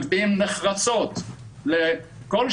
מעבר לזה שכמובן לקחו את כל הנושאים